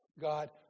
God